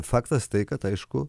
faktas tai kad aišku